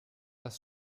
das